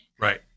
Right